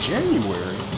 January